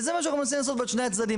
וזה מה שאנחנו מנסים לעשות בין שני הצדדים.